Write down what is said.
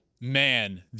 man